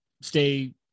stay